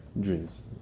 dreams